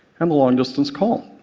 and the long-distance call.